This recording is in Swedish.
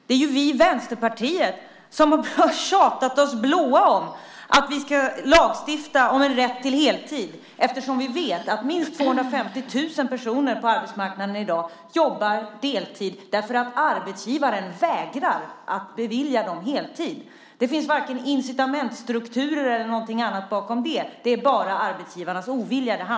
Det är ju vi i Vänsterpartiet som har tjatat oss blå om att vi ska lagstifta om rätt till heltid, eftersom vi vet att minst 250 000 personer på arbetsmarknaden i dag jobbar deltid därför att arbetsgivaren vägrar att bevilja dem heltid. Det finns varken incitamentsstrukturer eller något annat bakom det. Det handlar bara om arbetsgivarnas ovilja.